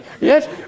Yes